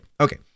Okay